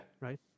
right